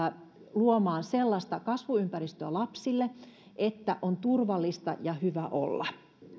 luomaan sellaista kasvuympäristöä lapsille että on turvallista ja hyvä olla